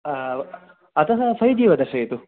अतः फ़ैजि एव दर्शयतु